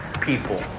people